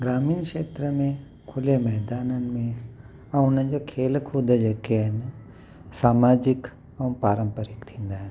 ग्रामीण खेत्र में खुले मैदाननि में ऐं उन्हनि जो खेल कूद जेके आहिनि सामाजिक ऐं पारंपारिक थींदा आहिनि